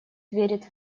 верит